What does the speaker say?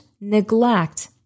neglect